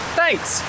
thanks